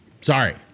Sorry